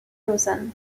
lausanne